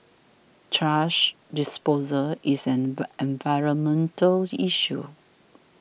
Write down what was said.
thrash disposal is an environmental issue